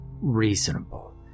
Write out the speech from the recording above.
reasonable